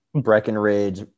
Breckenridge